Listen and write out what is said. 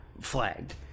flagged